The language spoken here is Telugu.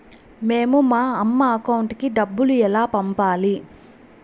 మేము మా అమ్మ అకౌంట్ కి డబ్బులు ఎలా పంపాలి